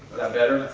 that better?